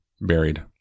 buried